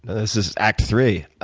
this is act three.